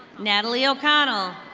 natalie o'connell.